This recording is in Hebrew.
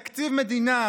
תקציב מדינה,